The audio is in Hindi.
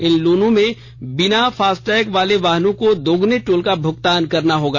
इन लेनों में बिना फास्टैग वाले वाहनों को दोगुने टोल का भुगतान करना होगा